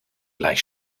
gleich